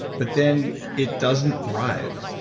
but then it doesn't thrive.